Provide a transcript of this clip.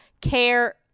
care